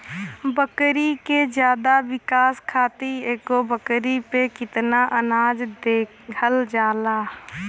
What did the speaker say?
बकरी के ज्यादा विकास खातिर एगो बकरी पे कितना अनाज देहल जाला?